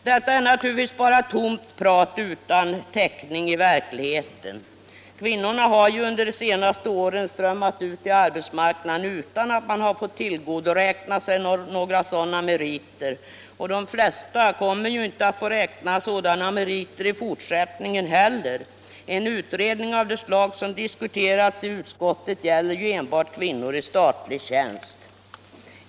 Detta är naturligtvis bara tomt prat utan täckning i verkligheten. Kvinnorna har ju under de senaste åren strömmat ut på arbetsmarknaden utan att ha fått tillgodoräkna sig några sådana meriter. och de flesta Kvinnor i statlig kommer inte heller att få göra det i fortsättningen heller. En utredning av det slag som diskuterats i utskottet gäller f. ö. enbart kvinnor i statlig tjänst.